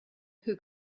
who